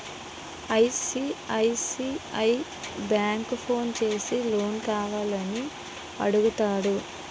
ICICI bank phone చేసి loan కావాల అని అడుగుతాడు